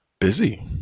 busy